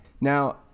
now